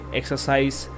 exercise